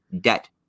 debt